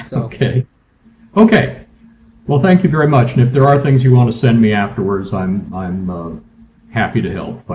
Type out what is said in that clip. so okay well well thank you very much and if there are things you want to send me afterwards i'm i'm um happy to help.